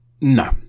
no